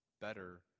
better